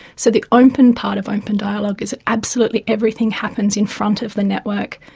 so the open part of open dialogue is that absolutely everything happens in front of the network.